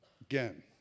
Again